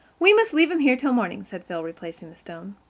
we must leave him here till morning, said phil, replacing the stone.